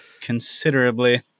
considerably